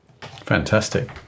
Fantastic